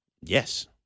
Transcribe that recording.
Yes